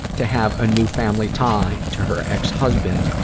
to have a new family tie to her ex-husband,